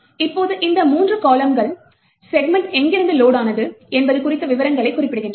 இப்போது அடுத்த மூன்று கால்லம்கள் செக்மென்ட் எங்கிருந்து லோடானது என்பது குறித்த விவரங்களைக் குறிப்பிடுகின்றன